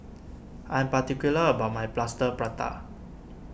I am particular about my Plaster Prata